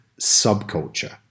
subculture